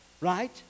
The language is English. Right